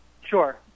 Sure